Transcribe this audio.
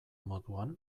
moduan